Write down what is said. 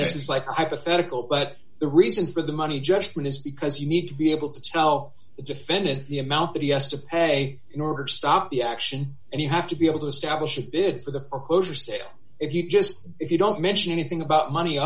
this is like a hypothetical but the reason for the money judgment is because you need to be able to tell the defendant the amount that he has to pay in order to stop the action and you have to be able to establish a bid for the foreclosure sale if you just if you don't mention anything about money